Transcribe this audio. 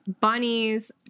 bunnies